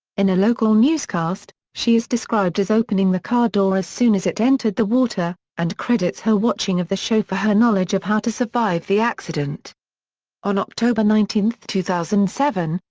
in a local newscast, she is described as opening the car door as soon as it entered the water, and credits her watching of the show for her knowledge of how to survive the accident on october nineteen, two thousand and seven,